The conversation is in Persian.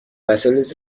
وسایلت